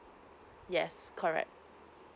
yes correct